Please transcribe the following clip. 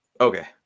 Okay